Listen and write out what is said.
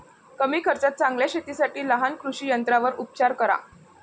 कमी खर्चात चांगल्या शेतीसाठी लहान कृषी यंत्रांवर उपचार करा